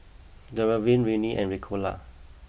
Dermaveen Rene and Ricola